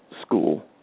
school